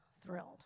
thrilled